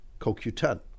CoQ10